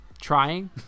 trying